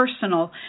personal